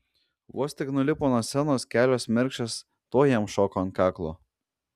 vos tik nulipo nuo scenos kelios mergšės tuoj jam šoko ant kaklo